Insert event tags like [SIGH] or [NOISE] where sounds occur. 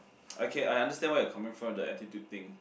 [NOISE] okay I understand where you are coming from the attitude thing